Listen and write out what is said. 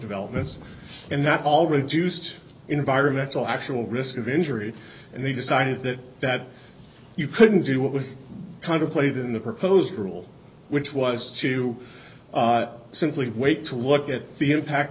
developments and that all reduced environmental actual risk of injury and they decided that that you couldn't do what was kind of played in the proposed rule which was to simply wait to look at the impact